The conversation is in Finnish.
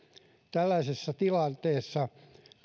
tällaisessa tilanteessa turvallisuudentunnetta